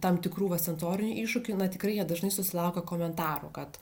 tam tikrų va sensorinių iššūkių na tikrai jie dažnai susilaukia komentarų kad